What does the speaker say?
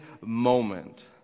moment